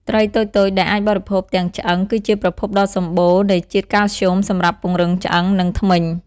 ត្រីតូចៗដែលអាចបរិភោគទាំង ឆ្អឹង គឺជាប្រភពដ៏សម្បូរនៃជាតិកាល់ស្យូមសម្រាប់ពង្រឹងឆ្អឹង និងធ្មេញ។